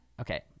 Okay